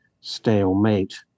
stalemate